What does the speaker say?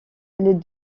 les